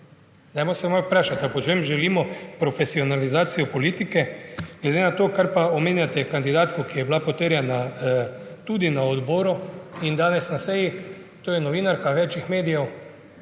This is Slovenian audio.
Dajmo se malo vprašati, ali potem želimo profesionalizacijo politike. Ko pa omenjate kandidatko, ki je bila potrjena tudi na odboru in danes na seji, to je novinarka več medijev